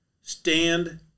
stand